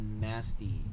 nasty